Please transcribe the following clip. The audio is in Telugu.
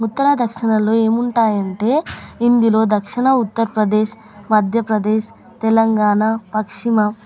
ఉత్తర దక్షిణాలో ఏమి ఉంటాయి అంటే ఇందులో దక్షిణ ఉత్తర్ప్రదేశ్ మధ్యప్రదేశ్ తెలంగాణ పశ్చిమ